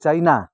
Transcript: China